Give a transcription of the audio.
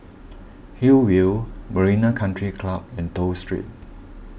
Hillview Marina Country Club and Toh Street